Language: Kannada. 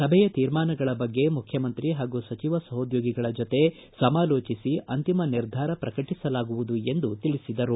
ಸಭೆಯ ತೀರ್ಮಾನಗಳ ಬಗ್ಗೆ ಮುಖ್ಯಮಂತ್ರಿ ಹಾಗೂ ಸಚಿವ ಸಹೋದ್ಯೋಗಿಗಳ ಜತೆ ಸಮಾಲೋಚಿಸಿ ಅಂತಿಮ ನಿರ್ಧಾರವನ್ನು ಪ್ರಕಟಿಸಲಾಗುವುದು ಎಂದು ತಿಳಿಸಿದರು